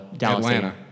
Atlanta